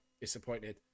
disappointed